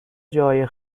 جاهای